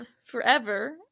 forever